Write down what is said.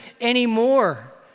anymore